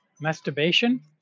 masturbation